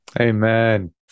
Amen